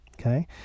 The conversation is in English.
Okay